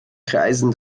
kreisen